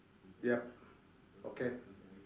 yup okay